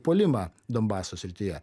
puolimą donbaso srityje